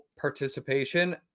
participation